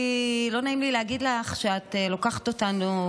כי לא נעים לי להגיד לך שאת לוקחת אותנו,